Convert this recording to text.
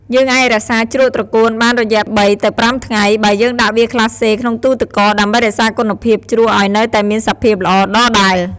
យើងអាចរក្សាជ្រក់ត្រកួនបានរយៈ ៣ ទៅ ៥ថ្ងៃ បើយើងដាក់វាក្លាស្លេក្នុងទូទឹកកក ដើម្បីរក្សាគុណភាពជ្រក់ឱ្យនៅតែមានសភាពល្អដដែល។